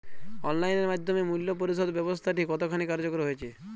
Online এর মাধ্যমে মূল্য পরিশোধ ব্যাবস্থাটি কতখানি কার্যকর হয়েচে?